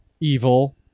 Evil